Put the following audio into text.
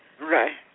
Right